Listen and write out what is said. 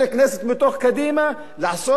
לעשות ישיבה בפגרה,